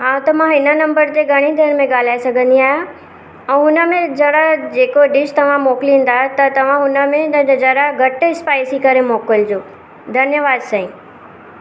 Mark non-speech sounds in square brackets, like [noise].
हा त मां हिन नंबर ते घणी देरि में ॻाल्हाए सघंदी आहियां ऐं हुनमें जड़ा जेको डिश तव्हां मोकिलींदा त तव्हां हुनमें [unintelligible] जरा घटि स्पाइसी करे मोकिलिजो धन्यवाद साईं